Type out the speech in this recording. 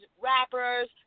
rappers